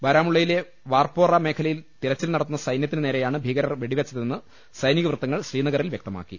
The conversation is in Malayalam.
ബാരാമുള്ളയിലെ വാർപോറ മേഖലയിൽ തിര ച്ചിൽ നടത്തുന്ന സൈന്യത്തിനു നേരെയാണ് ഭീകരർ വെടിവെച്ച തെന്ന് സൈനിക വൃത്തങ്ങൾ ശ്രീനഗറിൽ വ്യക്തമാക്കി